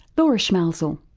laura schmalzl.